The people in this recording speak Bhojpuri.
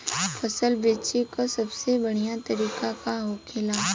फसल बेचे का सबसे बढ़ियां तरीका का होखेला?